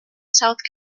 south